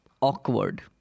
Awkward